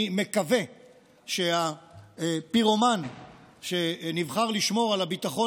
אני מקווה שהפירומן שנבחר לשמור על הביטחון